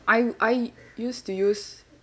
I I used to use